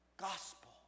gospel